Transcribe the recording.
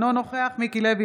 אינו נוכח מיקי לוי,